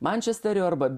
mančesterio arba